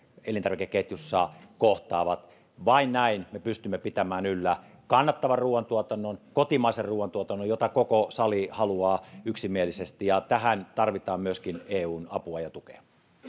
elintarvikeketjussa kohtaavat vain näin me pystymme pitämään yllä kannattavan ruuantuotannon kotimaisen ruuantuotannon jota koko sali haluaa yksimielisesti tähän tarvitaan myöskin eun apua ja tukea